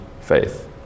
faith